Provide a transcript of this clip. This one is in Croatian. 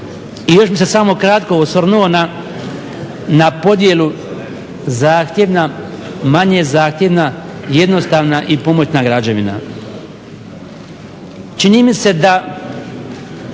I još bih se samo kratko osvrnuo na podjelu zahtjevna, manje zahtjevna, jednostavna i pomoćna građevina. Čini mi se da